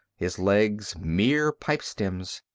his legs mere pipestems.